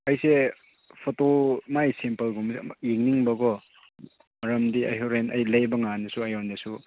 ꯑꯩꯁꯦ ꯐꯣꯇꯣ ꯃꯥꯏ ꯁꯦꯝꯄꯜ ꯒꯨꯝꯕꯁꯦ ꯑꯃꯨꯔꯛ ꯌꯦꯡꯅꯤꯡꯕꯀꯣ ꯃꯔꯝꯗꯤ ꯑꯩ ꯍꯣꯔꯦꯟ ꯑꯩ ꯂꯩꯕ ꯀꯥꯟꯗꯁꯨ ꯑꯩꯉꯣꯟꯗꯁꯨ